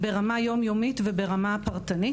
ברמה יום-יומית וברמה פרטנית.